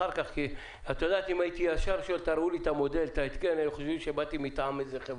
אם ישר הייתי מבקש שיראו לי את ההתקן היו חושבים שבאתי מטעם איזו חברה.